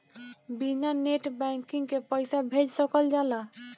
बिना net banking के पईसा भेज सकल जाला?